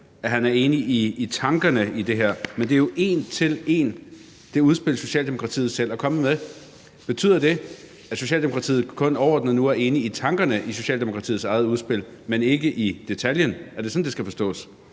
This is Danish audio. at han er enig i tankerne i det her, men det er jo en til en lig med det udspil, som Socialdemokratiet selv er kommet med. Betyder det, at Socialdemokratiet nu kun overordnet er enig i tankerne i Socialdemokratiets eget udspil, men ikke i detaljen? Er det sådan, det skal forstås?